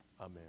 Amen